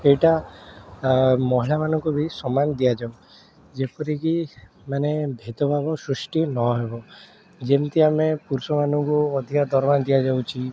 ଏଇଟା ମହିଳାମାନଙ୍କୁ ବି ସମାନ ଦିଆଯାଉ ଯେପରିକି ମାନେ ଭେଦଭାବ ସୃଷ୍ଟି ନ ହେବ ଯେମିତି ଆମେ ପୁରୁଷମାନଙ୍କୁ ଅଧିକା ଦରମା ଦିଆଯାଉଛି